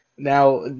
Now